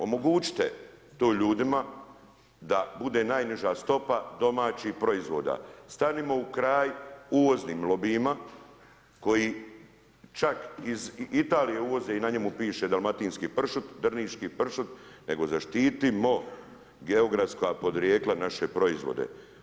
Omogućite to ljudima da bude najniža stopa domaćih proizvoda, stanimo u kraj uvoznim lobijima koji čak iz Italije uvoze i na njemu piše dalmatinski pršut, drniški pršut nego zaštitimo geografska podrijetla, naše proizvode.